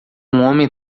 homem